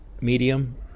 medium